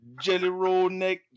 jelly-roll-neck